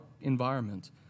environment